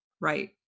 Right